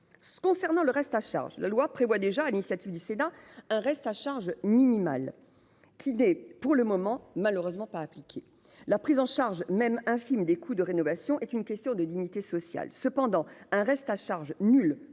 concernant le reste à charge. La loi prévoit déjà, à l'initiative du Sénat un reste à charge minimale qui est pour le moment, malheureusement pas appliquer la prise en charge même infime des coûts de rénovation est une question de dignité sociale cependant un reste à charge nul